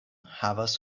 havas